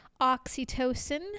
Oxytocin